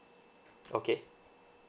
okay